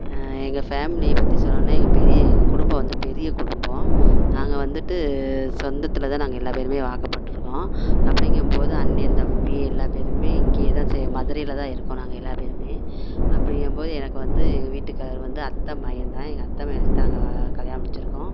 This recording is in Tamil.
எங்கள் ஃபேம்லியை பற்றி சொல்லணும்னா எங்கள் பெரிய எங்கள் குடும்பம் வந்து பெரிய குடும்பம் நாங்கள் வந்துட்டு சொந்தத்தில் தான் நாங்கள் எல்லாம் பேருமே வாக்கப்பட்டிருக்கோம் அப்படிங்கம்போது அண்ணா தம்பி எல்லாம் பேருமே இங்கேயே தான் சே மதுரையில தான் இருக்கோம் நாங்கள் எல்லாம் பேருமே அப்படிங்கம்போது எனக்கு வந்து எங்கள் வீட்டுக்காரர் வந்து அத்தை மகன் தான் எங்கள் அத்தை மகனுக்கு தான் நாங்கள் கல்யாணம் முடிச்சிருக்கோம்